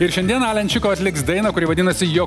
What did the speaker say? ir šiandien alen čiko atliks dainą kuri vadinasi jo